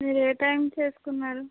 మీరు ఏ టైంకి చేసుకున్నారు